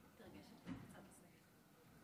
אדוני היושב-ראש, כנסת נכבדה,